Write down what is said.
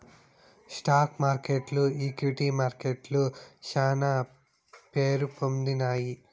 stock మార్కెట్లు equity మార్కెట్లు శానా పేరుపొందినాయి